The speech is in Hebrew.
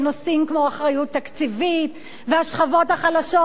ונושאים כמו אחריות תקציבית והשכבות החלשות,